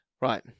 Right